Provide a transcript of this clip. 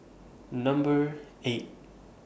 Number eight